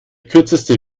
kürzeste